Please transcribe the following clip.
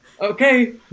Okay